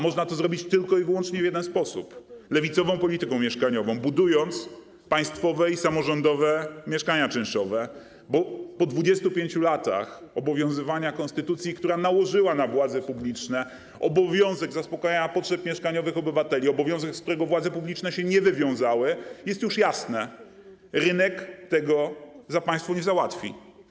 Można to zrobić tylko i wyłącznie w jeden sposób: poprzez lewicową polityką mieszkaniową, budowanie państwowych i samorządowych mieszkań czynszowych, bo po 25 latach obowiązywania konstytucji, która nałożyła na władze publiczne obowiązek zaspokajania potrzeb mieszkaniowych obywateli, obowiązek, z którego władze publiczne się nie wywiązały, jest już jasne, że rynek tego za państwo nie załatwi.